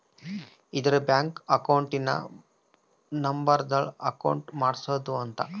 ಇರ bank account ನ ಸಂಬಳದ್ ಅಕೌಂಟ್ ಮಾಡ್ಸೋದ ಅಂತ